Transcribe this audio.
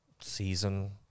season